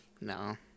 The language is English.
No